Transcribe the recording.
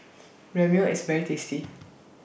Ramyeon IS very tasty